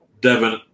Devin